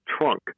trunk